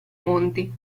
monti